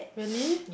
really